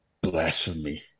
blasphemy